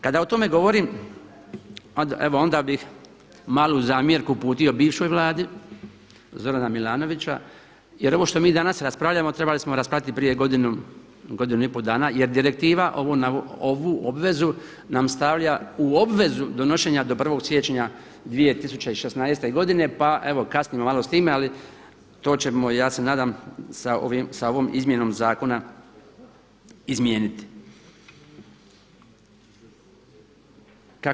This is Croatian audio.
Kada o tome govorim, evo onda bih malu zamjerku uputio bivšoj Vladi Zorana Milanovića jer ovo što mi danas raspravljamo trebali smo raspraviti i prije godinu, godinu i pol dana jer direktiva ovu obvezu nam stavlja u obvezu donošenja do 1. siječnja 2016. godine pa evo kasnimo malo s time ali to ćemo ja se nadam sa ovom izmjenom zakona izmijeniti.